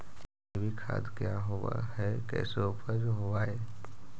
जैविक खाद क्या होब हाय कैसे उपज हो ब्हाय?